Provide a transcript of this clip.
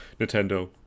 Nintendo